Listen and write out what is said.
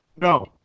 No